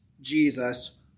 Jesus